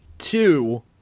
two